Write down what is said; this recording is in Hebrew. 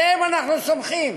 עליהם אנחנו סומכים,